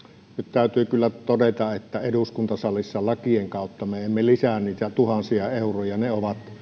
täytyy kyllä todeta että eduskuntasalissa lakien kautta me emme lisää niitä tuhansia euroja